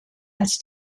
als